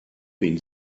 been